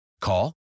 Call